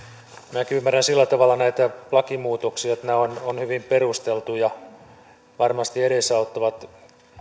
minäkin ymmärrän sillä tavalla näitä lakimuutoksia että nämä ovat hyvin perusteltuja ja varmasti edesauttavat